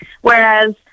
Whereas